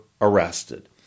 arrested